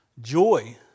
joy